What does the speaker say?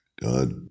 God